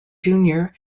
junior